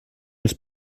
els